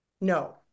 no